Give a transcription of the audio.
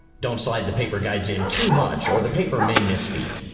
don't slide the paper guides in too much, or the paper may misfeed.